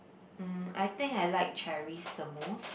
mm I think I like cherries the most